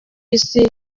isi